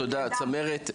צמרת,